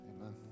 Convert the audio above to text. Amen